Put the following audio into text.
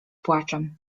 płaczem